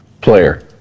player